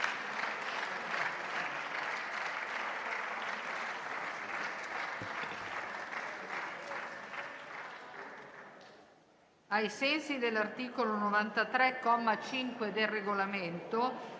ai sensi dell'articolo 93 del Regolamento,